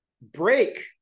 break